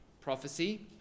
prophecy